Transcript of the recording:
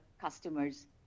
customer's